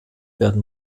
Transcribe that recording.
werden